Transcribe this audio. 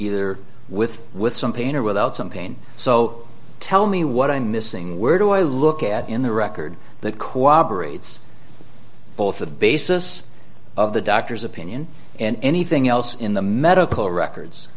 either with with some pain or without some pain so tell me what i'm missing where do i look at in the record that cooperates both the basis of the doctor's opinion and anything else in the medical records